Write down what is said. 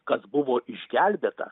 kas buvo išgelbėta